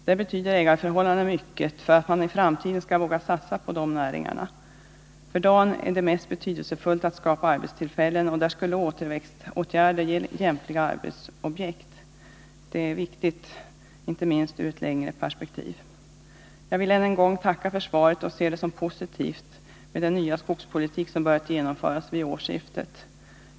Där betyder ägarförhållandena mycket för att man i framtiden skall våga satsa på dessa näringar. För dagen är det mest betydelsefullt att skapa arbetstillfällen, och på den punkten skulle återväxtåtgärder ge lämpliga arbetsobjekt. Detta är viktigt, inte minst i ett längre perspektiv. Jag vill än en gång tacka för svaret och ser den nya skogspolitik som börjat genomföras vid årsskiftet som positiv.